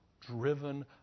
driven